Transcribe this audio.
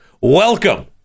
welcome